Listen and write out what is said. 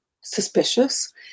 suspicious